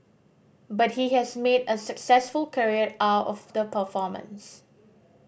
but he has made a successful career out of the performance